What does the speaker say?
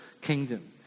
kingdom